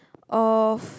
of